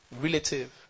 relative